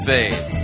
Faith